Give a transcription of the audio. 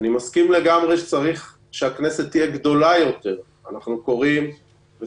גם אנחנו שלחנו נייר עמדה בקשר להצעת החוק.